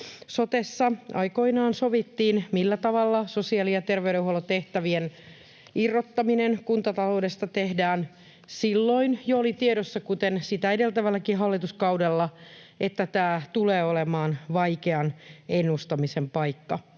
sotessa aikoinaan sovittiin, millä tavalla sosiaali‑ ja terveydenhuollon tehtävien irrottaminen kuntataloudesta tehdään, jo silloin oli tiedossa, kuten sitä edeltävälläkin hallituskaudella, että tämä tulee olemaan vaikean ennustamisen paikka.